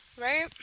right